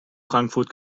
frankfurt